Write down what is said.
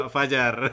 Fajar